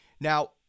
Now